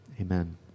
Amen